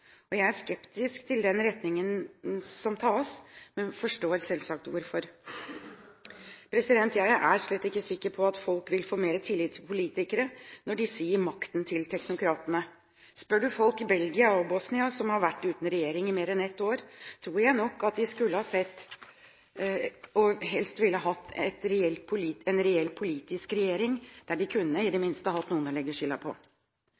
land. Jeg er skeptisk til retningen som tas, men forstår selvsagt hvorfor. Jeg er slett ikke sikker på at folk vil få mer tillit til politikere når disse gir makten til teknokratene. Spør du folk i Belgia og Bosnia – som har vært uten regjering i mer enn et år – tror jeg nok at de helst ville hatt en reell, politisk regjering. Da hadde de i det minste hatt noen å legge skylden på.